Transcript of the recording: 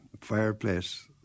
fireplace